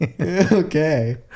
Okay